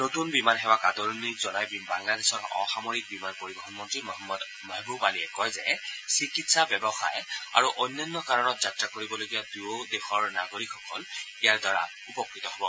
নতুন বিমান সেৱাক আদৰণি জনাই বাংলাদেশৰ অসামৰিক বিমান পৰিবহণ মন্ত্ৰী মহম্মদ মহবুব আলীয়ে কয় যে চিকিৎসা ব্যৱসায় আৰু অন্যান্য কাৰণত যাত্ৰা কৰিবলগীয়া দুয়োখন দেশৰ লোকসকল উপকৃত হ'ব